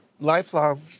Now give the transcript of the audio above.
lifelong